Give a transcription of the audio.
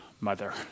Mother